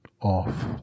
off